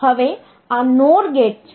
હવે આ NOR gate છે